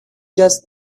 just